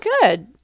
Good